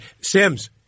Sims